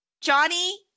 Johnny